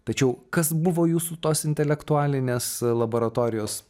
tačiau kas buvo jūsų tos intelektualinės laboratorijos